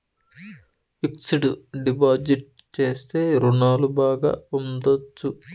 fixed deposit చేస్తే రుణాలు బాగా పొందొచ్చు